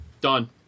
Done